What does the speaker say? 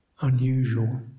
unusual